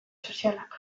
sozialak